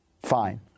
Fine